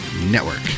Network